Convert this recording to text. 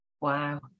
wow